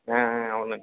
అవునండీ